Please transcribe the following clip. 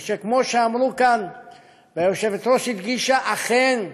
וכמו שאמרו כאן והיושבת-ראש הדגישה: אכן,